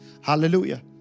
Hallelujah